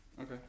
Okay